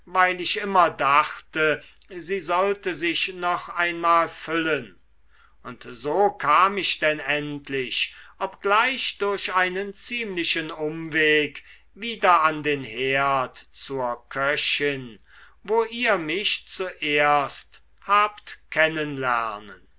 weil ich immer dachte sie sollte sich noch einmal füllen und so kam ich denn endlich obgleich durch einen ziemlichen umweg wieder an den herd zur köchin wo ihr mich zuerst habt